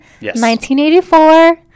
1984